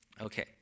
Okay